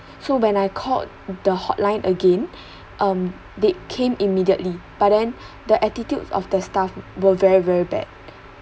so when I called the hotline again um they came immediately but then the attitude of the staff were very very bad